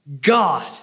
God